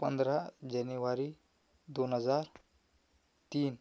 पंधरा जेनेवारी दोन हजार तीन